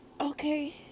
okay